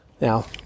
Now